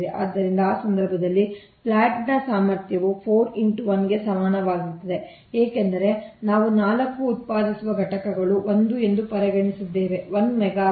ಆದ್ದರಿಂದ ಆ ಸಂದರ್ಭದಲ್ಲಿ ಪ್ಲಾಂಟ್ ನ ಸಾಮರ್ಥ್ಯವು 4 x 1 ಕ್ಕೆ ಸಮಾನವಾಗಿರುತ್ತದೆ ಏಕೆಂದರೆ ನಾವು 4 ಉತ್ಪಾದಿಸುವ ಘಟಕಗಳನ್ನು 1 ಎಂದು ಪರಿಗಣಿಸಿದ್ದೇವೆ 1 ಮೆಗಾವ್ಯಾಟ್